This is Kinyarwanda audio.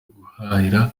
guhahira